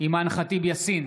אימאן ח'טיב יאסין,